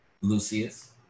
Lucius